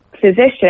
physician